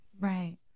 Right